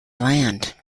land